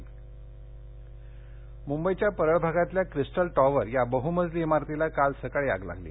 आग मुंबईच्या परळ भागातल्या क्रिस्टल टॉवर या बहमजली इमारतीला काल सकाळी आग लागली